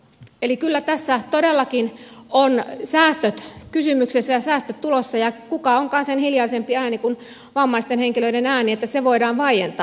eli kyllä tässä todellakin ovat säästöt kysymyksessä ja säästöt tulossa ja kuka onkaan sen hiljaisempi ääni kuin vammaisten henkilöiden ääni että se voidaan vaientaa